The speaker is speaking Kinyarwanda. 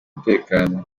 umutekano